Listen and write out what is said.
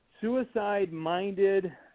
suicide-minded